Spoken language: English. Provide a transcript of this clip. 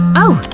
oh,